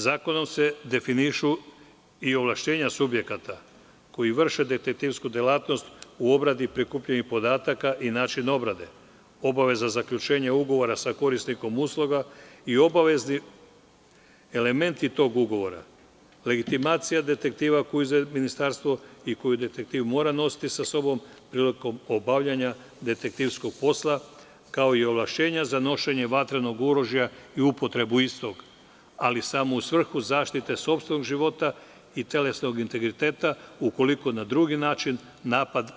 Zakonom se definišu i ovlašćenja subjekata koji vrše detektivsku delatnost u obradi prikupljenih podataka i način obrade, obavezno zaključenje ugovora sa korisnikom usluga i obavezni elementi tog ugovora, legitimacija detektiva koju izdaje ministarstvo i koju detektiv mora nositi sa sobom prilikom obavljanja detektivskog posla, kao i ovlašćenja za nošenje vatrenog oružja i upotrebu istog, ali samo u svrhu zaštite sopstvenog života i telesnog integriteta, ukoliko na drugi način napad